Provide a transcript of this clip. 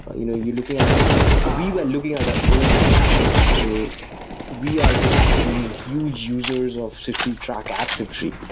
ah you know you're looking at we were looking at our own transactions, so we are you know ah huge users of siftery track at siftery,